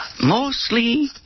Mostly